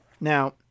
Now